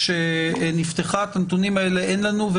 את הנתונים האלה אין לנו,